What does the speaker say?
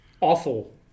awful